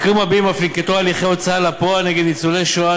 במקרים רבים אף ננקטו הליכי הוצאה לפועל נגד ניצולי שואה,